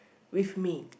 with me